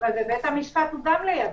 אבל בבית המשפט הוא גם לידו.